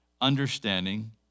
understanding